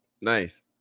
Nice